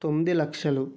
తొమ్మిది లక్షలు